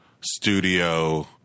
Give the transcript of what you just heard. studio